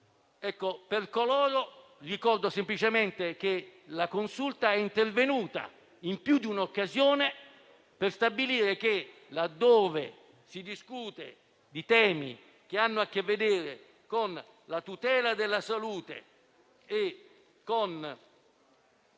ricordo semplicemente che la Consulta è intervenuta in più di un'occasione per stabilire che, laddove si discute di temi che hanno a che vedere con la tutela della salute e del paesaggio,